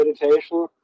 meditation